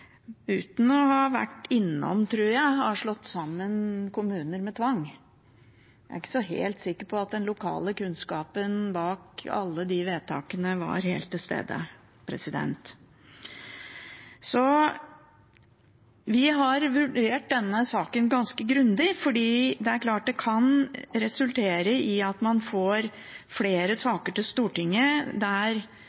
uten å ha vært innom, tror jeg, har slått sammen kommuner med tvang. Jeg er ikke så sikker på at den lokale kunnskapen bak alle de vedtakene var helt til stede. Vi har vurdert denne saken ganske grundig, for det er klart det kan resultere i at man får flere